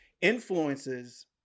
influences